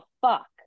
fuck